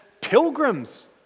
pilgrims